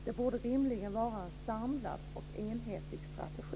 Det borde rimligen vara en samlad och enhetlig strategi.